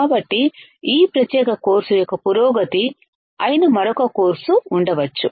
కాబట్టి ఈ ప్రత్యేక కోర్సు యొక్క పురోగతి అయిన మరొక కోర్సు ఉండవచ్చు